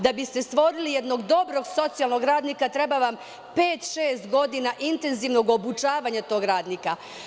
Da biste stvorili jednog dobrog socijalnog radnika, treba vam pet-šest godina intenzivnog obučavanja tog radnika.